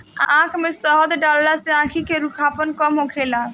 आँख में शहद डालला से आंखी के रूखापन कम होखेला